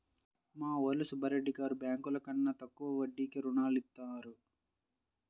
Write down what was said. మా ఊరిలో సుబ్బిరెడ్డి గారు బ్యేంకుల కన్నా తక్కువ వడ్డీకే రుణాలనిత్తారు